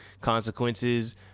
consequences